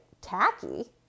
tacky